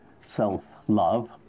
self-love